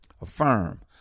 Affirm